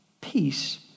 peace